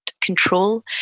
control